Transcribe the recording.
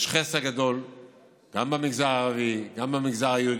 יש חסר גדול גם במגזר הערבי,